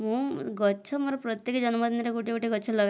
ମୁଁ ଗଛ ମୋର ପ୍ରତ୍ୟେକ ଜନ୍ମଦିନରେ ଗୋଟିଏ ଗୋଟିଏ ଗଛ ଲଗାଏ